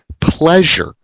pleasure